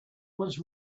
was